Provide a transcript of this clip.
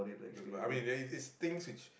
doesn't matter I mean there is things which